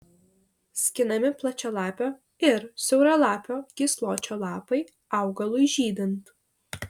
skinami plačialapio ir siauralapio gysločio lapai augalui žydint